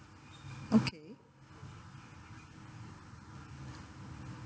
okay